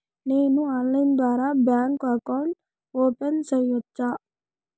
నేను ఆన్లైన్ ద్వారా bank account open సేయొచ్చా?